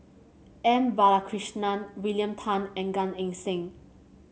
M Balakrishnan William Tan and Gan Eng Seng